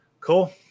Cool